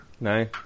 No